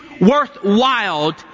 worthwhile